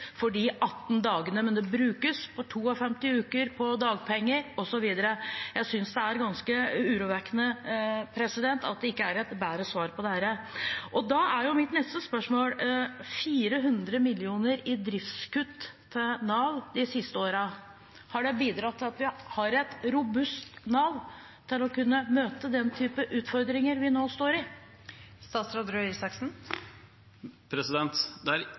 for de 18 dagene, men den brukes for 52 uker på dagpenger osv. Jeg synes det er ganske urovekkende at det ikke er et bedre svar på dette. Da er mitt neste spørsmål: 400 mill. kr i driftskutt til Nav de siste årene, har det bidratt til at vi har et robust Nav til å kunne løse den type utfordringer vi nå står i?